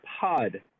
pod